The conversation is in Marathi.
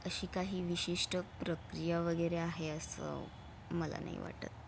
अशी काही विशिष्ट प्रक्रिया वगैरे आहे असं मला नाही वाटत